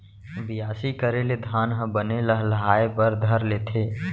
बियासी करे ले धान ह बने लहलहाये बर धर लेथे